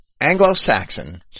Anglo-Saxon